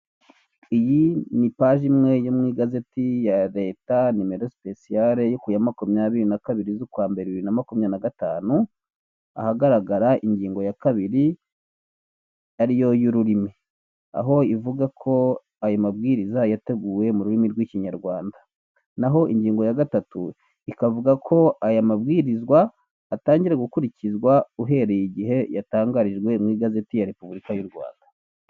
Iyi ni paji imwe yo mu igazeti ya leta, nimero sipesiyare, yo ku ya makumyabiri na kabiri z'ukwa mbere bibiri na makumyabiri na gatanu, ahagaragara ingingo ya kabiri ariyo y'ururimi, aho ivuga ko ayo mabwiriza yateguwe mu rurimi rw'ikinyarwanda, naho ingingo ya gatatu, ikavuga ko aya mabwirizwa, atangira gukurikizwa uhereye igihe yatangarijwe mu igazeti ya repubulika y'u Rwanda.